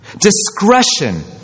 Discretion